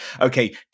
Okay